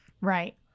Right